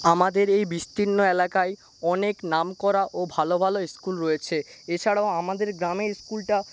আমাদের এই বিস্তীর্ণ এলাকায় অনেক নামকরা ও ভালো ভালো স্কুল রয়েছে এছাড়াও আমাদের গ্রামের স্কুলটা